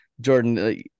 Jordan